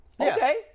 okay